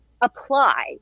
apply